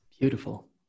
beautiful